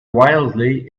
wildly